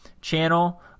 channel